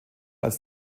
als